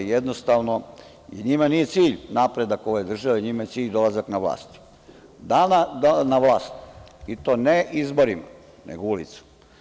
Jer, jednostavno, njima nije cilj napredak ove države, njima je cilj dolazak na vlast, i to ne izborima, nego ulicom.